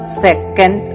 second